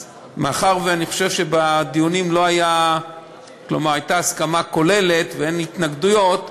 אז מאחר שאני חושב שבדיונים הייתה הסכמה כוללת ואין התנגדויות,